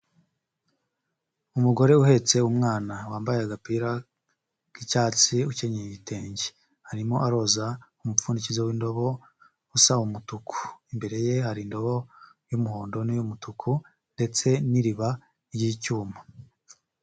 Umugore uhetse umwana. Wambaye agapira k'icyatsi, ukenyeye igitenge. Arimo aroza umupfundikizo w'indobo, usa umutuku. Imbere ye hari indobo y'umuhondo n'iy'umutuku, ndetse n'iriba ry'icyuma.